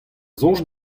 soñj